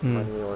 mm